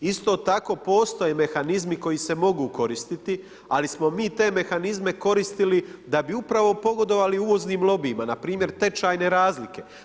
Isto tako postoje mehanizmi koji se mogu koristiti ali smo mi te mehanizme koristili da bi upravo pogodovali uvoznim lobijima, npr. tečajne razlike.